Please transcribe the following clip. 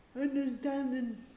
understanding